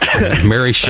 Mary